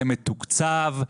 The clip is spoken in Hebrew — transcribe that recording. זה מתוקצב,